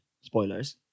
Spoilers